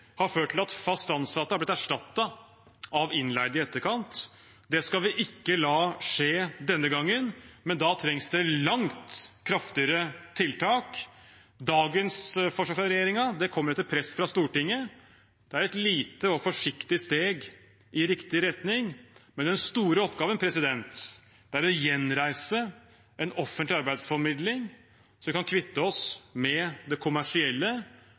har ført til at fast ansatte er blitt erstattet av innleide i etterkant. Det skal vi ikke la skje denne gangen, men da trengs det langt kraftigere tiltak. Dagens forslag fra regjeringen kommer etter press fra Stortinget. Det er et lite og forsiktig steg i riktig retning, men den store oppgaven er å gjenreise en offentlig arbeidsformidling, så vi kan kvitte oss med det kommersielle